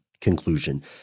conclusion